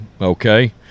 Okay